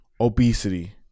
obesity